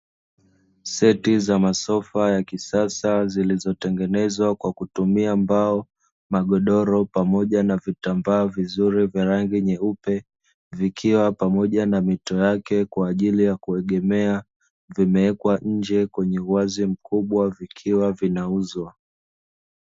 Seti za masofa ya kisasa zilizotengenezwa kwa kutumia mbao, magodoro pamoja na vitambaa vizuri vya rangi nyeupe, vikiwa pamoja na mito yake kwa ajili ya kuegemea, vimewekwa nje kwenye uwazi mkubwa vikiwa vinauzwa.